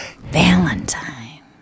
Valentine